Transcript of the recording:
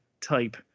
type